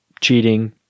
Cheating